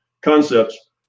concepts